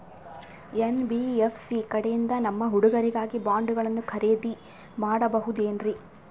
NBFC ಕಡೆಯಿಂದ ನಮ್ಮ ಹುಡುಗರಿಗಾಗಿ ಬಾಂಡುಗಳನ್ನ ಖರೇದಿ ಮಾಡಬಹುದೇನ್ರಿ?